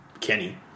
Kenny